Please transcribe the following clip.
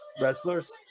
wrestlers